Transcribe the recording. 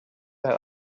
that